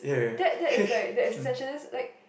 that that is like the essentialist like